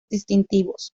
distintivos